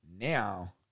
now